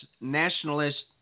nationalist